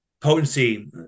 potency